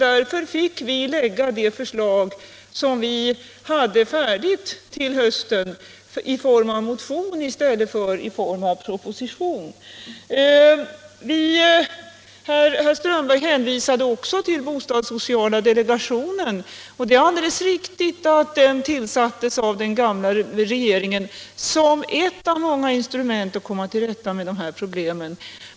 Därför fick vi lägga fram förslaget i form av motion i stället för i form av proposition. Herr Strömberg hänvisade också till bostadssociala delegationen, och det är alldeles riktigt att den tillsattes av den gamla regeringen som ett av många instrument att råda bot på dessa problem.